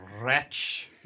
wretch